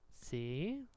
See